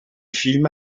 film